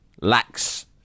lacks